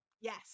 Yes